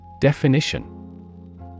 Definition